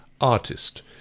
artist